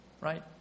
right